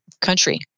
country